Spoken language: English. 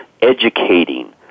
educating